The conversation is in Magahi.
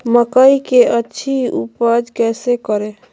मकई की अच्छी उपज कैसे करे?